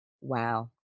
wow